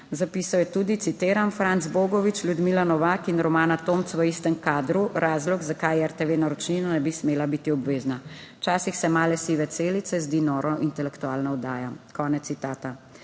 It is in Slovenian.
zapisal je tudi, citiram: "Franc Bogovič, Ljudmila Novak in Romana Tomc v istem kadru. Razlog, zakaj RTV naročnina ne bi smela biti obvezna. Včasih se Male sive celice zdi noro intelektualna oddaja." Konec citata.